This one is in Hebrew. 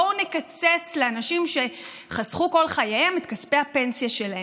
בואו נקצץ לאנשים שחסכו כל חייהם את כספי הפנסיה שלהם,